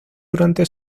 durante